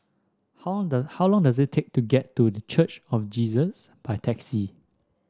how long how long does it take to get to The Church of Jesus by taxi